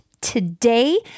today